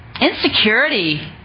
Insecurity